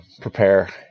prepare